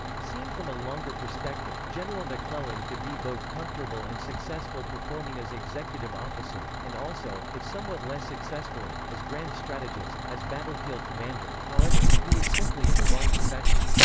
seen from a longer perspective, general mcclellan could be both comfortable and successful performing as executive officer, and also, if somewhat less successfully, as grand strategist as battlefield commander, however, he was simply in the wrong profession.